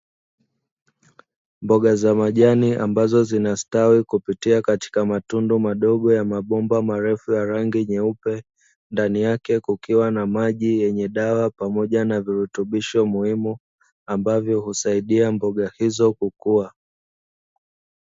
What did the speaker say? Mboga za majani ambazo zinastawi kupitia katika matundu madogo ya mabomba marefu ya rangi nyeupe, ndani yake kukiwa na maji yenye dawa pamoja na virutubisho muhimu ambavyo husaidia mboga hizo kukua.